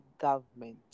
government